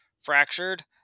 fractured